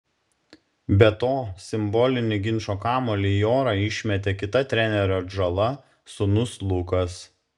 be to simbolinį ginčo kamuolį į orą išmetė kita trenerio atžala sūnus lukas